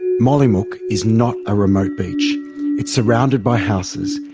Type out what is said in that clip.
and mollymook is not a remote beach it's surrounded by houses,